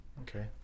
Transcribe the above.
Okay